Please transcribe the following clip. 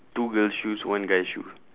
two girl shoes one guy shoe